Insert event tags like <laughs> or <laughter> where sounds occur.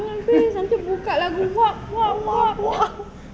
<laughs> !wah! !wah!